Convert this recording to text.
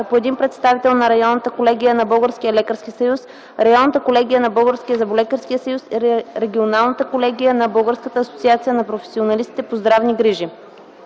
по един представител на районната колегия на Българския лекарски съюз, районната колегия на Българския зъболекарски съюз и регионалната колегия на Българската асоциация на професионалистите по здравни грижи,